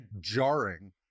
jarring